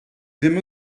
ddim